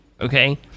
Okay